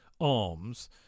arms